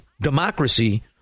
democracy